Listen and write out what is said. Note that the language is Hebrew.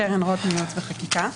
קרן רוט מייעוץ וחקיקה.